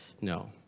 No